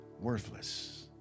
worthless